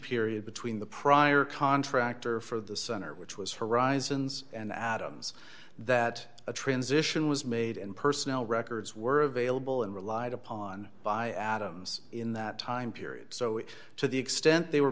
period between the prior contractor for the center which was horizons and adams that a transition was made and personnel records were available and relied upon by adams in that time period so if to the extent they were